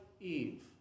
Eve